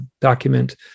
document